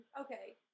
okay